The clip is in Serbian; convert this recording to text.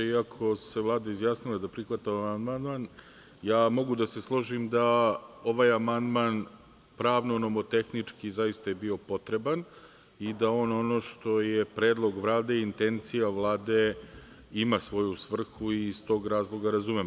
Iako se Vlada izjasnila da prihvata ovaj amandman, ja mogu da se složim da ovaj amandman pravno-nomotehnički zaista je bio potreban i da on ono što je predlog Vlade i intencija Vlade ima svoju svrhu i iz tog razloga razumem.